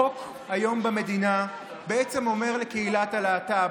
החוק היום במדינה בעצם אומר לקהילת הלהט"ב,